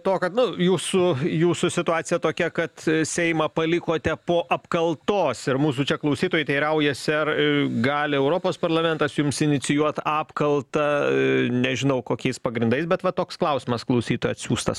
to kad nu jūsų jūsų situacija tokia kad seimą palikote po apkaltos ir mūsų čia klausytojai teiraujasi ar gali europos parlamentas jums inicijuot apkaltą nežinau kokiais pagrindais bet va toks klausimas klausytojo atsiųstas